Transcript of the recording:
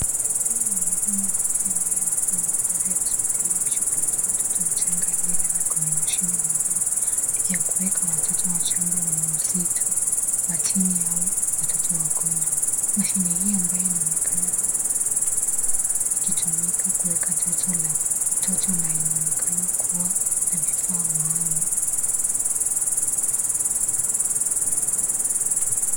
Huyu ni mhudumu wa afya ambaye amevaa mavazi ya hospitali akishughulikia mtoto mchanga aliyelala kwenye mashine maalum ya kuweka watoto wachanga wenye uzito wa chini au watoto wagonjwa . Mashine hii ambayo inaonekana kuweka ikitumika kuweka joto la mtoto na inaonekana kuwa na vifaa maalum.